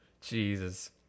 Jesus